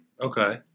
Okay